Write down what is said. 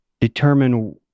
determine